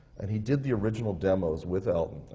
and he did the original demos, with elton.